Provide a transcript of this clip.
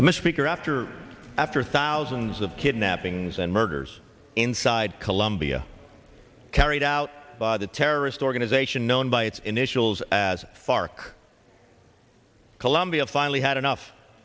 speaker after after thousands of kidnappings and murders inside colombia carried out by the terrorist organization known by its initials as far colombia finally had enough